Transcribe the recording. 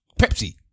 Pepsi